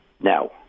now